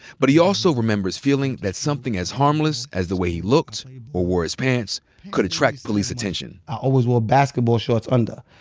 but he also remembers feeling that something as harmless as the way he looked or wore his pants could attract police attention. i always wore basketball shorts under.